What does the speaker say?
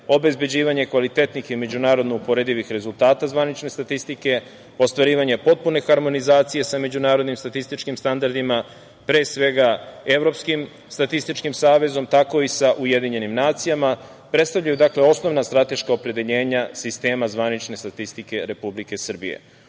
obezbeđivanje kvalitetnih i međunarodno uporedivih rezultata zvanične statistike, ostvarivanje potpune harmonizacije sa međunarodnim statističkim standardima, pre svega Evropskim statističkim savezom, tako i sa UN, predstavljaju osnovna strateška opredeljenja sistema zvanične statistike Republike Srbije. Ovaj